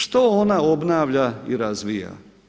Što ona obnavlja i razvija?